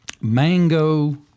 mango